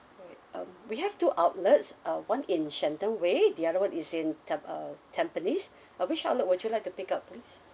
alright um we have two outlets uh one in shenton way the other one is in tam~ uh tampines uh which outlet would you like to pick up